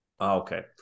Okay